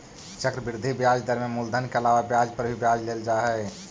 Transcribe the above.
चक्रवृद्धि ब्याज दर में मूलधन के अलावा ब्याज पर भी ब्याज लेल जा हई